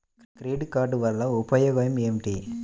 Credit card వల్ల ఉపయోగం ఏమిటీ?